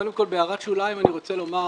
קודם כל, בהערת שוליים אני רוצה לומר